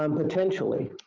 um potentially.